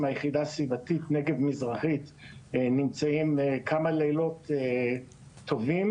היחידה הסביבתית נגב מזרחי נמצאים כמה לילות טובים,